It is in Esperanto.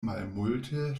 malmulte